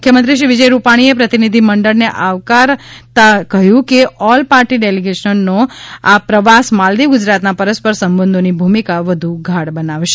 મુખ્યમંત્રી શ્રી વિજયભાઇ રૂપાણીએ પ્રતિનિધિમંડળને આવકાર કરતાં કહ્યું કે ઓલ પાર્ટી ડેલિગેશનનો આ પ્રવાસ માલદીવ ગુજરાતના પરસ્પર સંબંધોની ભૂમિકા વધુ ગાઢ બનાવશે